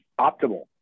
optimal